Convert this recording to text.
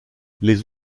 les